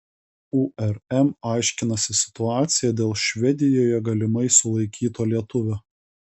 urm aiškinasi situaciją dėl švedijoje galimai sulaikyto lietuvio